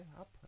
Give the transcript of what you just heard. up